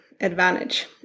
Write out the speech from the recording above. advantage